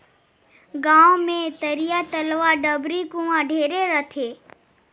गांव मे तरिया, तलवा, डबरी, कुआँ ढेरे रथें